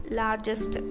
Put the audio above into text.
largest